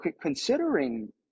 considering